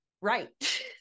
right